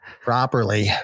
Properly